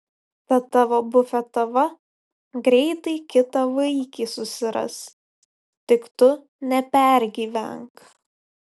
ta tavo bufetava greitai kitą vaikį susiras tik tu nepergyvenk